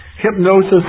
Hypnosis